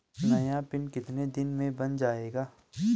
नया पिन कितने दिन में बन जायेगा?